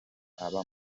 aba